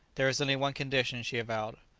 there is only one condition, she avowed,